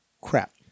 crap